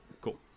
Cool